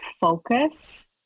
focus